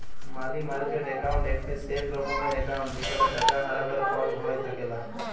মালি market account একটি safe রকমের account যেখালে টাকা হারাবার কল ভয় থাকেলা